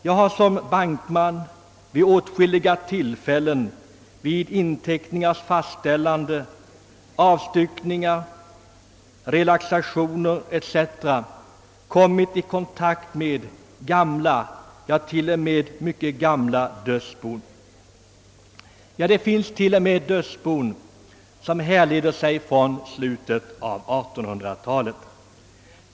Som bankman har jag vid åtskilliga tillfällen i samband med inteckningars fastställande, avstyckningar, relaxationer etc. kommit i kontakt med gamla, t.o.m. mycket gamla dödsbon. Ja, det finns rent av dödsbon som härleder sig från slutet av 1800-talet.